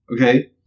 okay